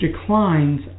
declines